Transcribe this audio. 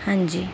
ਹਾਂਜੀ